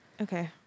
okay